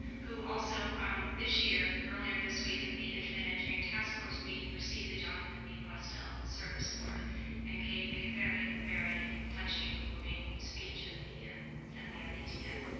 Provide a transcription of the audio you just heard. who also this year earlier this week at the internet engineering task force meeting received the jonathan b. postel service award and gave a very, very touching, moving speech at the ah at the ietf.